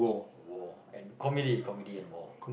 war and comedy comedy and war